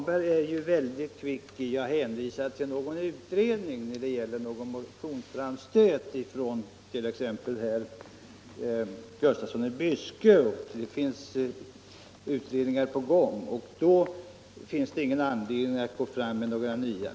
Herr talman! Herr Svanberg är mycket snar att hänvisa till pågående utredningar när det gäller motionsframstötar, såsom i detta fall från herr Gustafsson i Byske. Det finns utredningar på gång, säger herr Svanberg, och då är det inte anledning att tillsätta nya.